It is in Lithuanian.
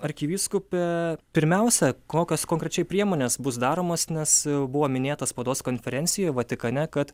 arkivyskupe pirmiausia kokios konkrečiai priemonės bus daromos nes buvo minėta spaudos konferencijoj vatikane kad